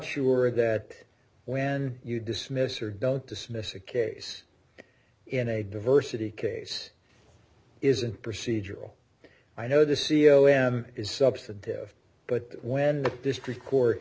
sure that when you dismiss or don't dismiss a case in a diversity case isn't procedural i know the c o m is substantive but when the district court